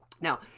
Now